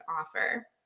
offer